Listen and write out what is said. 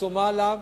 שומה עליו,